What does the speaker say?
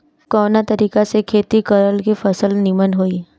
कवना तरीका से खेती करल की फसल नीमन होई?